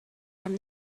from